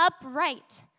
upright